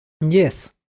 Yes